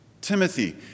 Timothy